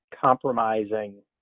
compromising